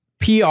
PR